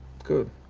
good.